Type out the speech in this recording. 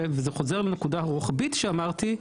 וזה חוזר לנקודה הרוחבית שציינתי,